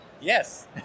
Yes